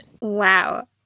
Wow